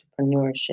entrepreneurship